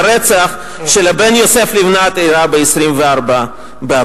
והרצח של בן יוסף לבנת אירע ב-24 באפריל.